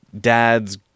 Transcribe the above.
dad's